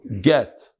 get